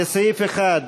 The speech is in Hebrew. לסעיף 1,